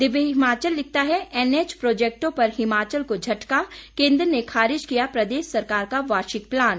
दिव्य हिमाचल लिखता है एनएच प्रोजेक्टों पर हिमाचल को झटका केंद्र ने खारिज किया प्रदेश सरकार का वार्षिक प्लान